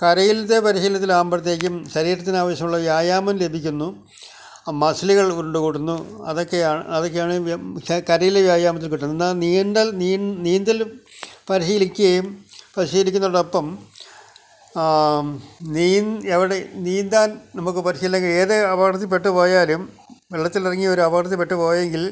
കരയില്ത്തെ പരിശീലനത്തിൽ ആവുമ്പഴത്തേക്കും ശരീരത്തിന് ആവശ്യമുള്ള വ്യായാമം ലഭിക്കുന്നു മസില്കള് ഉരുണ്ടു കൂടുന്നു അതൊക്കെയാ അതെക്കെയാണ് കരയിലെ വ്യായാമത്തില് കിട്ടുന്നത് എന്നാല് നീന്തല് നീന്തലും പരിശീലിക്കുകയും പരിശീലിക്കുന്നതോടൊപ്പം എവിടെ നീന്താന് നമുക്ക് പരിശീലനം ഏത് അപകടത്തില്പ്പെട്ട് പോയാലും വെള്ളത്തിലിറങ്ങി ഒരു അപകടത്തില്പ്പെട്ട് പോയെങ്കില്